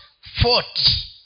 fought